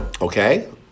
Okay